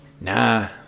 Nah